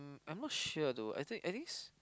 I'm not sure though I think I thinks